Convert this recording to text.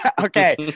Okay